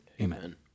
Amen